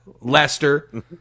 Lester